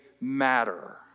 matter